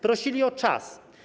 Prosili o czas.